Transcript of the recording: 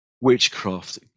Witchcraft